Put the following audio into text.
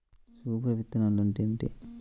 Super విత్తనాలు అంటే ఏమిటి?